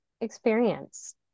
experience